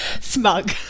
smug